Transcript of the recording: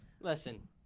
Listen